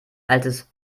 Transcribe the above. altes